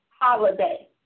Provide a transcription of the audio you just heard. holiday